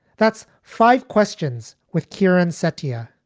that's five questions with kieran satya.